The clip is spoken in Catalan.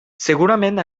segurament